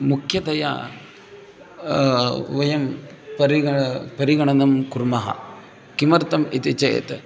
मुख्यतया वयं परिगणनं परिगणनं कुर्मः किमर्थम् इति चेत्